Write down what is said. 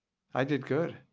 i did good.